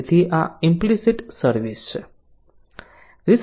તેથી આ implicit service છે